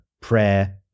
prayer